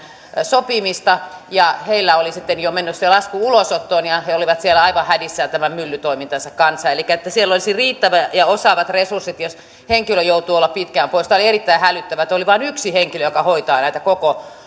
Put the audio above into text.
sopimista ja heillä oli sitten jo mennyt se lasku ulosottoon ja he olivat siellä aivan hädissään tämän myllytoimintansa kanssa elikkä toivottavaa olisi että siellä olisi riittävät ja osaavat resurssit jos henkilö joutuu olemaan pitkään pois tämä oli erittäin hälyttävää että oli vain yksi henkilö joka hoitaa näitä koko